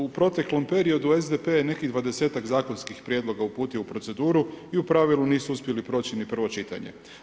U proteklom periodu SDP je nekih 20-tak zakonskih prijedloga uputio u proceduru i u pravilu nisu uspjeli proći ni prvo čitanje.